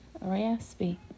Raspy